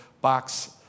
box